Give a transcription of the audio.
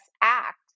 Act